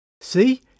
See